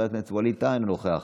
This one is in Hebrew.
אינו נוכח,